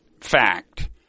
fact